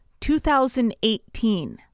2018